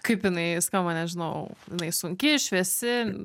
kaip jinai skamba nežinau jinai sunki šviesi